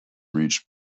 reached